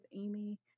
Amy